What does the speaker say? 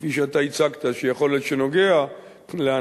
כפי שאתה הצגת, שיכול להיות שנוגע לאנשים,